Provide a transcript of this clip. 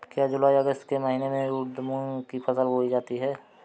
क्या जूलाई अगस्त के महीने में उर्द मूंग की फसल बोई जाती है?